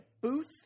booth